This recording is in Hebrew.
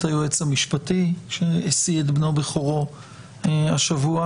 היועץ המשפטי שהשיא את בנו בכורו השבוע,